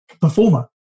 performer